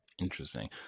interesting